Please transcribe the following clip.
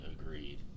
Agreed